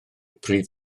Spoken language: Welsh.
prif